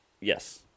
Yes